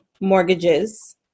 mortgages